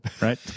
Right